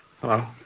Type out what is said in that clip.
Hello